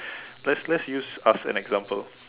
let's let's use us as an example